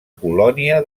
colònia